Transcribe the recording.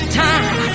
time